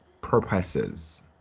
purposes